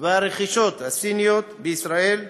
והרכישות של סין בישראל,